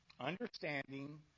understanding